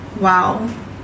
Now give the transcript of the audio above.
Wow